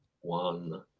one